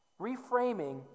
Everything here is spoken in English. Reframing